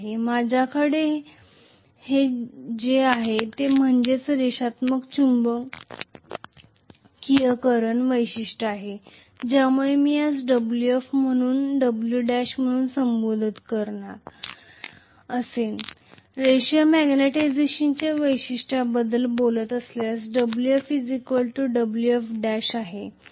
माझ्याकडे जे आहे ते म्हणजे रेषात्मक चुंबकीयकरण वैशिष्ट्ये आहेत ज्यामुळे मी यास wf म्हणून wf1 म्हणून संबोधत असेन तर मी रेषीय मॅग्निटायझेशन वैशिष्ट्याबद्दल बोलत असल्यास wf wf1 आहे